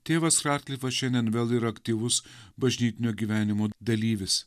tėvas radklifas šiandien vėl yra aktyvus bažnytinio gyvenimo dalyvis